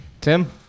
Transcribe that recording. Tim